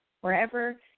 wherever